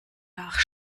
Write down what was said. nach